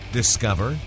Discover